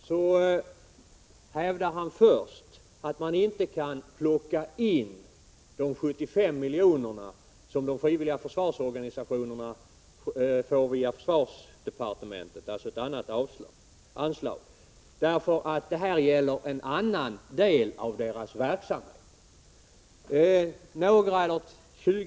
Han hävdar först att man inte kan plocka in de 75 miljoner som de frivilliga försvarsorganisationerna får via försvarsdepartementet — alltså genom ett annat anslag — därför att det här gäller en annan del av organisationernas verksamhet.